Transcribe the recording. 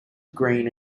green